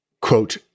quote